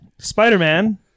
Spider-Man